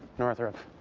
northrop.